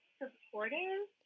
supportive